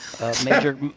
Major